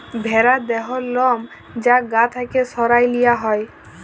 ভ্যারার দেহর লম যা গা থ্যাকে সরাঁয় লিয়া হ্যয়